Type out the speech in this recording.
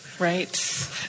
Right